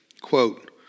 quote